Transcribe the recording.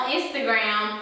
Instagram